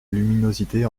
luminosité